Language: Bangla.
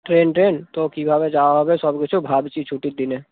ট্রেন টেন তো কিভাবে যাওয়া হবে সব কিছু ভাবছি ছুটির দিনে